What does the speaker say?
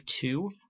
two